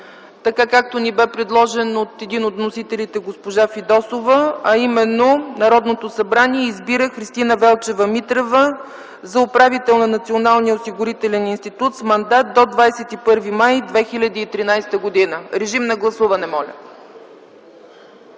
така, както ни бе предложен от един от вносителите, госпожа Фидосова, а именно Народното събрание избира Христина Велчева Митрева за управител на Националния осигурителен институт с мандат до 21 май 2013 г. Гласували